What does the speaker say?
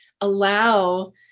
allow